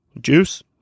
juice